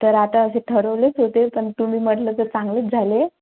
तर आता असे ठरवलेच होते पण तुम्ही म्हटलं तर चांगलेच झाले